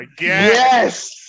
yes